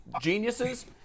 geniuses